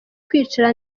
kwicara